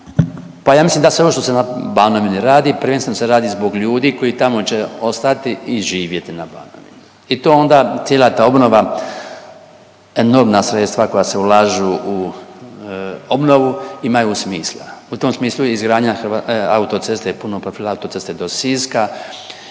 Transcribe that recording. pa ja mislim da sve ono što se na Banovini radi prvenstveno se radi zbog ljudi koji tamo će ostati i živjeti na Banovini i to onda cijela ta obnova, enormna sredstva koja se ulažu u obnovu imaju smisla. U tom smislu izgradnja autoceste punog profila, autoceste do Siska,